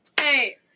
Hey